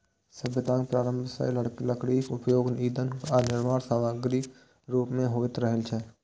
सभ्यताक प्रारंभे सं लकड़ीक उपयोग ईंधन आ निर्माण समाग्रीक रूप मे होइत रहल छै